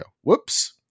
whoops